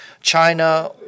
China